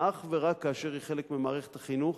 אך ורק כאשר היא חלק ממערכת החינוך.